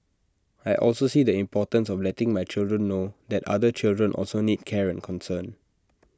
I also see the importance of letting my children know that other children also need care and concern